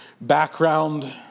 background